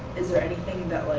is there anything that